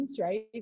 right